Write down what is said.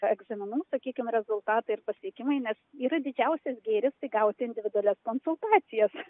egzaminų sakykim rezultatai ir pasiekimai nes yra didžiausias gėris tai gauti individualias konsultacijas